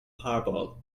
purple